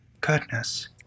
Goodness